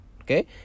okay